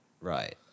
Right